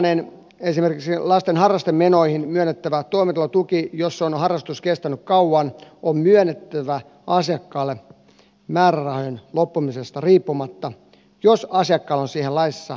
elikkä esimerkiksi tällainen lasten harrastemenoihin myönnettävä toimeentulotuki jos harrastus on kestänyt kauan on myönnettävä asiakkaalle määrärahojen loppumisesta riippumatta jos asiakkaalla on siihen laissa edellytykset täyttävä tarve